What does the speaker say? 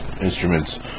instruments